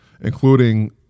including